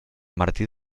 martí